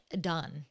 done